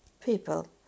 people